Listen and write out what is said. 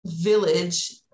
village